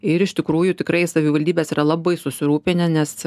ir iš tikrųjų tikrai savivaldybės yra labai susirūpinę nes